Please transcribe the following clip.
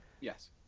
Yes